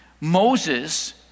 Moses